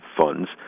funds